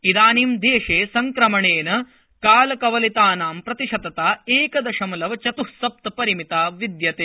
इदानीं देशे संक्रमणेन कालकवलितानां प्रतिशतता एकदशमलव चत्सप्त परिमिता विद्यते